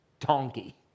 donkey